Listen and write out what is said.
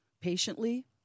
patiently